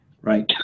Right